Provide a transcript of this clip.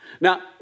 now